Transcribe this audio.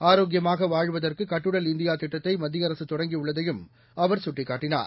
ஆரோக்கியமாகவாழ்வதற்குகட்டுடல் இந்தியாதிட்டத்தைமத்தியஅரகதொடங்கியுள்ளதையும் அஅர் சுட்டீக்காட்டீனார்